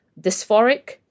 dysphoric